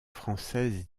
française